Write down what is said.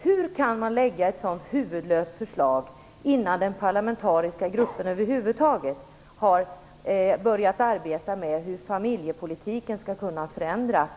Hur kan man lägga fram ett så huvudlöst förslag innan den parlamentariskt tillsatta gruppen över huvud taget har börjat arbeta med hur familjepolitiken skall förändras?